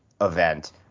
event